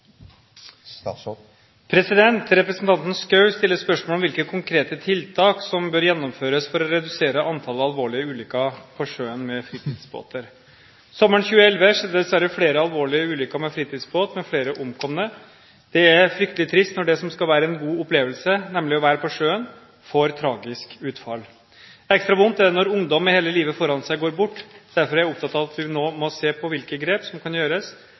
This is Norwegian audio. tilbake. Representanten Schou stiller spørsmål om hvilke konkrete tiltak som bør gjennomføres for å redusere antallet alvorlige ulykker med fritidsbåter på sjøen. Sommeren 2011 skjedde det dessverre flere alvorlige ulykker med fritidsbåt, med flere omkomne. Det er fryktelig trist når det som skal være en god opplevelse, nemlig det å være på sjøen, får et tragisk utfall. Ekstra vondt er det når ungdom med hele livet foran seg går bort. Derfor er jeg opptatt av at vi nå må se på hvilke grep som kan